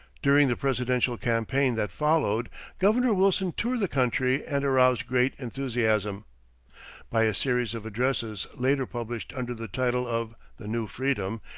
during the presidential campaign that followed governor wilson toured the country and aroused great enthusiasm by a series of addresses later published under the title of the new freedom.